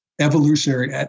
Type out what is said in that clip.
evolutionary